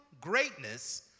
greatness